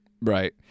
Right